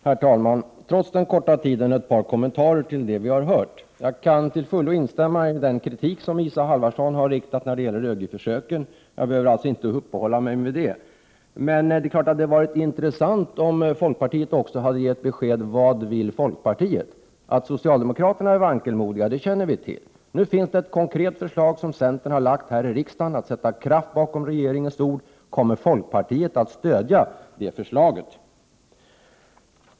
Herr talman! Trots den hittills korta debattiden vill jag ge ett par kommentarer till det vi har hört. Jag kan till fullo instämma i den kritik som Isa Halvarsson har riktat när det gäller ÖGY-försöken. Jag behöver alltså inte uppehålla mig vid det. Men det är klart att det hade varit intressant om folkpartiet också hade gett besked om vad folkpartiet vill. Att socialdemokraterna är vankelmodiga känner vi till. Nu finns det ett konkret förslag som centern har lagt fram i riksdagen för att sätta kraft bakom regeringens ord. Kommer folkpartiet att stödja det förslaget?